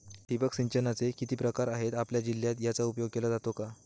ठिबक सिंचनाचे किती प्रकार आहेत? आपल्या जिल्ह्यात याचा उपयोग केला जातो का?